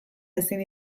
ezin